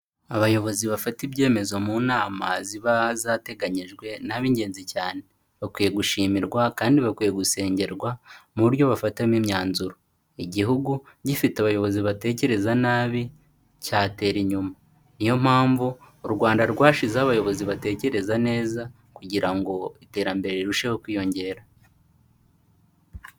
Abayobozi bafata ibyemezo mu nama ziba zateganyijwe ni ab'ingenzi cyane, bakwiye gushimirwa kandi bakwiye gusengerwa mu buryo bafatamo imyanzuro, igihugu gifite abayobozi batekereza nabi cyatera inyuma, ni yo mpamvu u Rwanda rwashyizeho abayobozi batekereza neza, kugira ngo iterambere rirusheho kwiyongera.